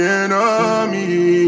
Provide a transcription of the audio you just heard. enemy